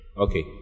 Okay